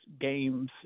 games